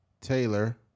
Taylor